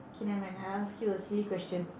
K nevermind I ask you a silly question